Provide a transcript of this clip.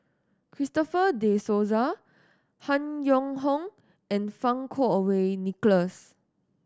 Christopher De Souza Han Yong Hong and Fang Kuo Wei Nicholas